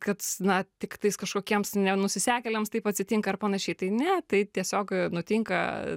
kad na tiktais kažkokiems nenusisekeliams taip atsitinka ar panašiai tai ne tai tiesiog nutinka